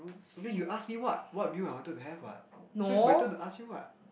then you ask me what what meal I wanted to have what so is my turn to ask you [what]